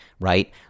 right